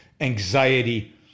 anxiety